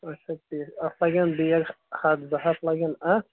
اَچھا ٹھیٖک اَتھ لگن بیگ ہَتھ زٕ ہَتھ لَگن اَتھ